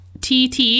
TT